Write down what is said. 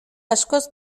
askoz